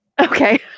Okay